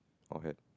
forehead